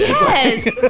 Yes